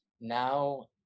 now